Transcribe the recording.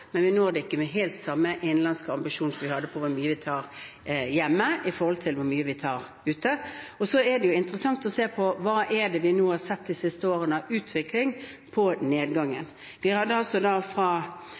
men vi når det ikke med helt samme innenlandske ambisjon som vi hadde med hensyn til hvor mye vi tar hjemme, i forhold til hvor mye vi tar ute. Så er det interessant å se på utviklingen i nedgangen de siste årene. Hvis vi begynner med 2013: 52,2 mill. tonn i 2030. Vi er nede på